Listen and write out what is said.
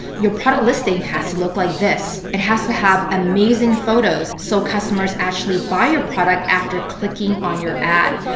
your product listing has to look like this. it has to have amazing photos so customers actually buy your product after clicking on your ad.